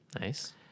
Nice